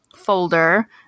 folder